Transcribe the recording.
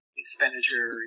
expenditure